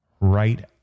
right